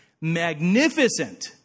magnificent